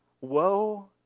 woe